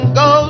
go